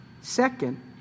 Second